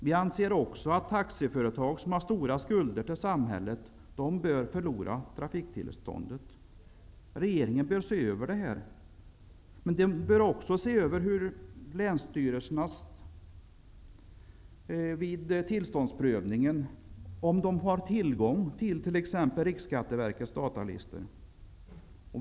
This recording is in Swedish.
Vi anser också att taxiföretag som har stora skulder till samhället bör förlora trafiktillståndet. Regeringen bör se över detta. Den bör också se över om länstyrelserna vid tillståndsprövningen har tillgång till t.ex. Riksskatteverkets datalistor.